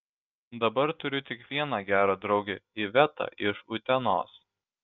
dabar turiu tik vieną gerą draugę ivetą iš utenos